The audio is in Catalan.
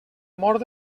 mort